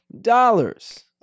dollars